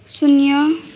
शून्य